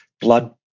blood